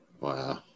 wow